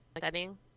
setting